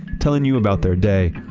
telling you about their day,